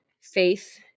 faith